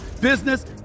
business